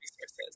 resources